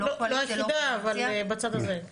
לא היחידה, אבל בצד הזה.